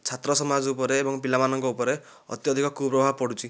ଛାତ୍ର ସମାଜ ଉପରେ ଏବଂ ପିଲାମାନଙ୍କ ଉପରେ ଅତ୍ୟଧିକ କୁପ୍ରଭାବ ପଡ଼ୁଛି